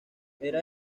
era